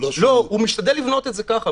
הוא משתדל לבנות את זה ככה.